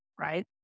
right